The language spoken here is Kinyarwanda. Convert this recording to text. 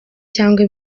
cyangwa